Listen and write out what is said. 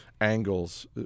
angles